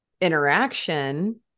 interaction